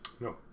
No